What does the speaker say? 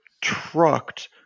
trucked